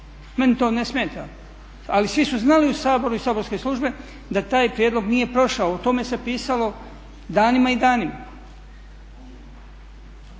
meni to ne smeta. Ali svi su znali u Saboru i saborske službe da taj prijedlog nije prošao. O tome se pisalo danima i danima.